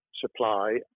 supply